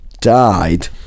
died